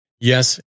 yes